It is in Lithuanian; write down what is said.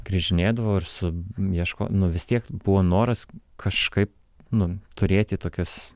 grįžinėdavau ir su ieško nu tiek buvo noras kažkaip nu turėti tokius